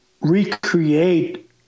Recreate